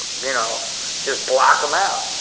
you know just block them out